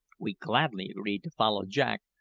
we gladly agreed to follow jack,